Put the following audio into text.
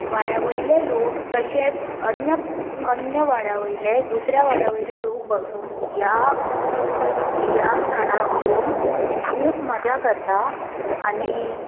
वाड्या वयले लोक तशेंत अन्य अन्य वाड्या वयले दुसऱ्या वाड्या वयले लोक बसून ह्या ह्या सणाक येवन खूब मजा करता आनी